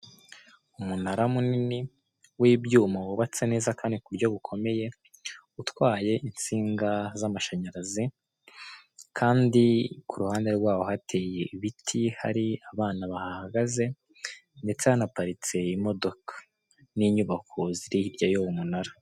umunara munini w'ibyuma wubatse neza kandi ku buryo bukomeye, utwaye insinga z'amashanyarazi, kandi ku ruhande rwawo hateye ibiti, hari abana bahahagaze ndetse hanaparitse imodoka, n'inyubako ziri hirya y'umunara.